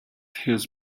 his